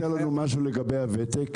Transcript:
עשורים.